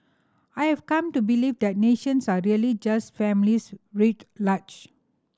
I have come to believe that nations are really just families writ large